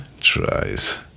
tries